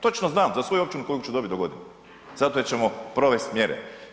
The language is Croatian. Točno znam za svoju općinu koliko ću dobit do godine zato jer ćemo provest mjere.